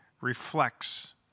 reflects